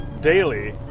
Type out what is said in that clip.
daily